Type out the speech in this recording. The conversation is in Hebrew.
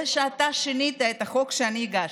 אתה שינית את החוק שאני הגשתי.